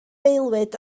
aelwyd